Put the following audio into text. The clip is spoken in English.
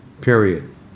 Period